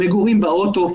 למגורים באוטו,